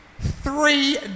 Three